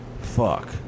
fuck